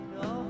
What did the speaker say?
no